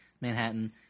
Manhattan